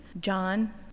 John